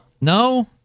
No